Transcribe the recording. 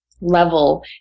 level